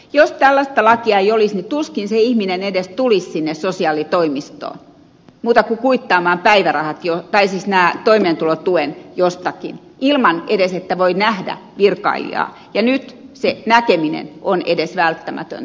jos tällaista lakia ei olisi niin tuskin se ihminen edes tulisi sinne sosiaalitoimistoon muuta kuin kuittaamaan toimeentulotuen jostakin ilman että voi edes nähdä virkailijaa ja nyt edes se näkeminen on välttämätöntä